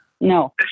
No